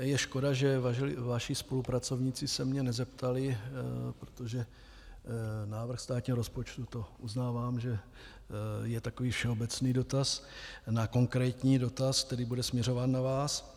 Je škoda, že vaši spolupracovníci se mě nezeptali, protože návrh státního rozpočtu, uznávám, že je takový všeobecný dotaz, na konkrétní dotaz, který bude směřován na vás.